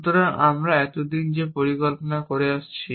সুতরাং আমরা এতদিন যে পরিকল্পনা করে আসছি